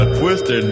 twisted